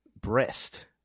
breast